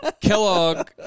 Kellogg